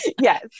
Yes